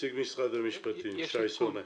נציג משר המשפטים, שי סומך.